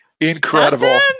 incredible